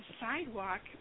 sidewalk